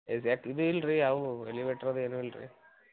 ಇದ್ಯಾಕೆ ಇದು ಇಲ್ಲ ರಿ ಯಾವುವು ಎಲಿವೆಟ್ರ್ ಅದು ಏನೂ ಇಲ್ಲ ರಿ